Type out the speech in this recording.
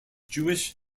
jewish